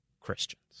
Christians